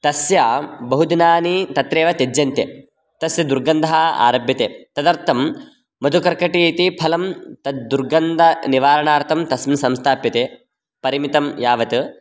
तस्य बहु दिनानि तत्रेव त्यज्यन्ते तस्य दुर्गन्धः आरभ्यते तदर्थं मधुकर्कटी इति फलं तद्दुर्गन्धनिवारणार्थं तस्मिन् संस्थाप्यते परिमितं यावत्